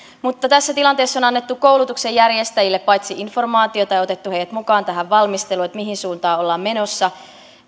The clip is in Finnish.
mutta tässä tilanteessa on annettu koulutuksen järjestäjille informaatiota ja otettu heidät mukaan tähän valmisteluun että mihin suuntaan ollaan menossa